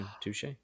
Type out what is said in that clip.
Touche